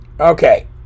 Okay